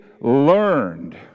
learned